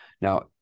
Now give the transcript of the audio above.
Now